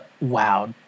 Wow